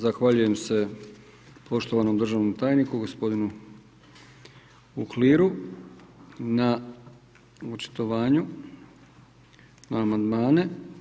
Zahvaljujem se poštovanom državnom tajniku gospodinu Uhliru na očitovanju na amandmane.